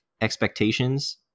expectations